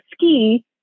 ski